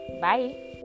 bye